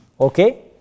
Okay